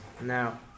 Now